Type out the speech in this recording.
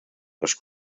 les